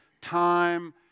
time